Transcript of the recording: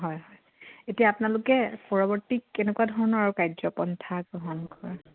হয় হয় এতিয়া আপোনালোকে পৰৱৰ্তী কেনেকুৱা ধৰণৰ আৰু কাৰ্যপন্থা গ্ৰহণ কৰে